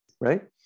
right